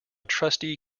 trustee